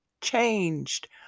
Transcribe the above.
changed